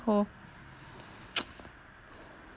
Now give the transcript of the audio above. oh